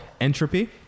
Entropy